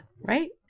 right